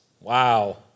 Wow